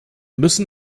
müssen